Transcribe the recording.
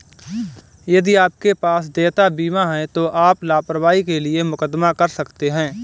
यदि आपके पास देयता बीमा है तो आप लापरवाही के लिए मुकदमा कर सकते हैं